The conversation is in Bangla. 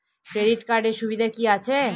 ক্রেডিট কার্ডের সুবিধা কি আছে?